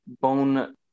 bone